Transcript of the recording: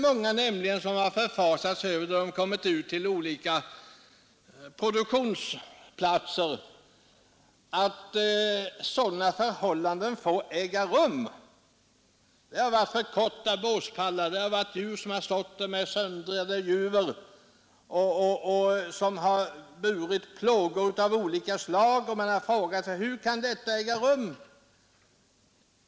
Många har nämligen, när de kommit ut till olika produktionsplatser, förfasat sig över att sådana förhållanden får förekomma. Det har varit för korta båspallar, det har varit djur som stått med söndriga juver och som lidit under plågor av olika slag, och man har frågat sig: Hur kan detta få äga rum?